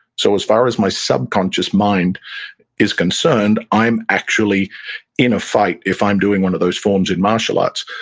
so as far as my subconscious mind is concerned, i'm actually in a fight if i'm doing one of those forms in martial arts.